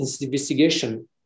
investigation